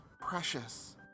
precious